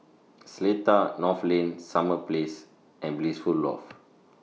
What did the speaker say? Seletar North Lane Summer Place and Blissful Loft